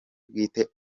bwite